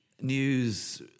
news